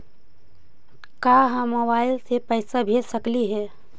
का हम मोबाईल से पैसा भेज सकली हे?